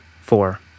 Four